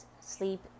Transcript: Sleep